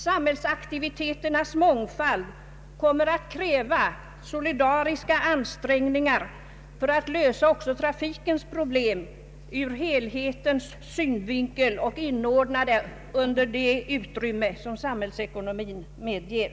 Samhällsaktiviteternas mångfald kommer att kräva solidariska ansträngningar för att lösa också trafikens problem ur helhetens synvinkel och inordna detta under det utrymme som samhällsekonomin medger.